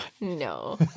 no